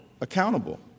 accountable